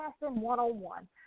one-on-one